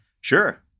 Sure